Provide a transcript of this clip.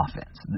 offense